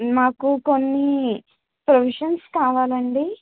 మాకు కొన్నీ ప్రొవిజన్స్ కావాలండి